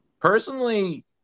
Personally